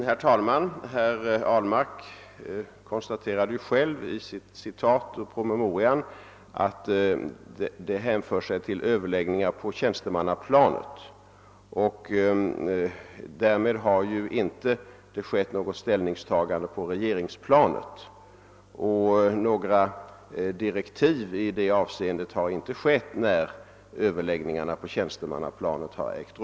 Herr talman! Herr Ahlmark konstaterade ju själv genom sitt citat ur den aktuella promemorian att det gällde överläggningar på tjänstemannaplanet. Detta innebär att någon ställning inte tagits på regeringsplanet. Överläggningarna på tjänstemannaplanet har inte heller resulterat i några riktlinjer härför.